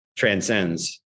transcends